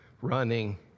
running